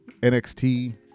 NXT